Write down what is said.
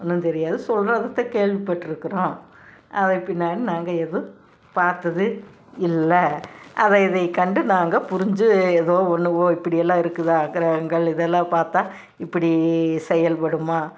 ஒன்றும் தெரியாது சொல்றத்தை கேள்விப்பட்டிருக்குறோம் அதை பின்னாடி நாங்கள் எதுவும் பார்த்தது இல்லை அதை இதை கண்டு நாங்கள் புரிஞ்சு ஏதோ ஒன்று ஓ இப்படியெல்லாம் இருக்குதா கிரகங்கள் இதெல்லாம் பார்த்தா இப்படி செயல்படுமா